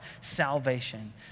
salvation